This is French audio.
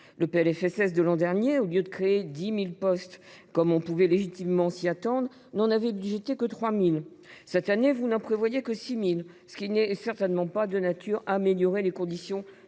Le PLFSS de l’an dernier, au lieu de créer 10 000 postes, comme on pouvait légitimement s’y attendre, n’en avait budgété que 3 000 ; cette année, vous n’en prévoyez que 6 000, ce qui n’est certainement pas de nature à améliorer les conditions